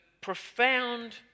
profound